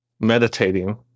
meditating